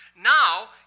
now